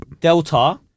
delta